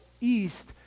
east